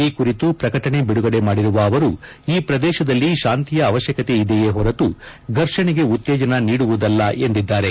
ಈ ಕುರಿತು ಪ್ರಕಟಣೆ ಬಿಡುಗಡೆ ಮಾಡಿರುವ ಅವರು ಈ ಪ್ರದೇಶದಲ್ಲಿ ಶಾಂತಿಯ ಅವಶ್ಯಕತೆ ಇದೆಯೇ ಹೊರತು ಫರ್ಷಣೆಗೆ ಉತ್ತೇಜನ ನೀಡುವುದಲ್ಲ ಎಂದಿದ್ದಾರೆ